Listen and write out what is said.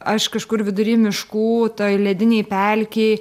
aš kažkur vidury miškų toj ledinėj pelkėj